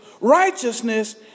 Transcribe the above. righteousness